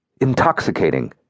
intoxicating